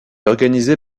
organisée